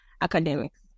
academics